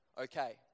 okay